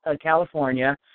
California